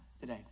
today